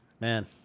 Man